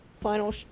final